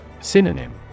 Synonym